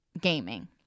gaming